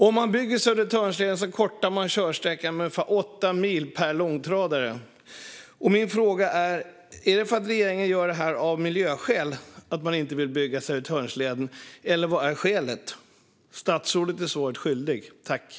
Om man bygger Södertörnsleden kortar man körsträckan med ungefär åtta mil per långtradare. Min fråga är: Är det miljöskäl som gör att regeringen inte vill bygga Södertörnsleden, eller vad är skälet? Statsrådet är skyldig oss ett svar.